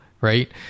right